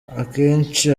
akenshi